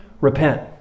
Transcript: Repent